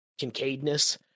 Kincaidness